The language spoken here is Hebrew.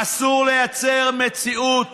אסור לייצר מציאות